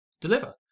deliver